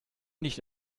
nicht